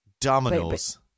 Dominoes